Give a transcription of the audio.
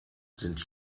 sind